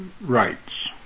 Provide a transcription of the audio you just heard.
rights